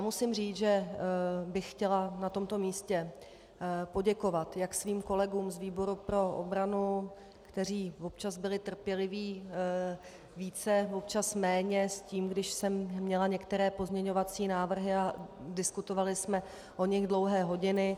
Musím říct, že bych chtěla na tomto místě poděkovat jak svým kolegům z výboru pro obranu, kteří občas byli trpěliví více, občas méně s tím, když jsem měla některé pozměňovací návrhy a diskutovali jsme o nich dlouhé hodiny.